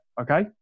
Okay